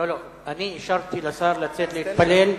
אני אישרתי לשר לצאת להתפלל.